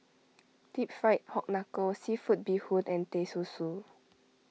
Deep Fried Pork Knuckle Seafood Bee Hoon and Teh Susu